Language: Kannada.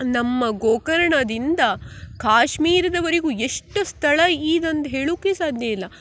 ನಮ್ಮ ಗೋಕರ್ಣದಿಂದ ಕಾಶ್ಮೀರದವರೆಗೂ ಎಷ್ಟು ಸ್ಥಳ ಈದ್ ಅಂದು ಹೇಳುಕ್ಕೆ ಸಾಧ್ಯ ಇಲ್ಲ